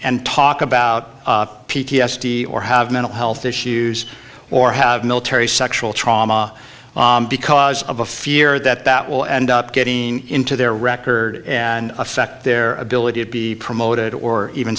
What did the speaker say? talk about p t s d or have mental health issues or have military sexual trauma because of a fear that that will end up getting into their record and affect their ability to be promoted or even